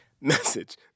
Message